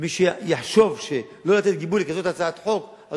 ומי שיחשוב לא לתת גיבוי לכזו הצעת חוק אז